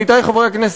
עמיתי חברי הכנסת,